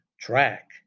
track